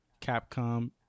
capcom